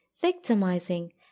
victimizing